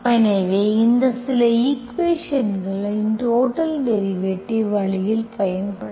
எனவே இந்த சில ஈக்குவேஷன்ஸ்களை டோடல் டெரிவேட்டிவ் வழியில் பயன்படுத்தலாம்